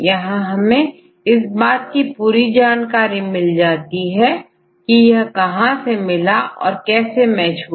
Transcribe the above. यहां हमें इस बात की पूरी जानकारी मिल जाती है कि यह कहां से मिला और कैसे मैच हुआ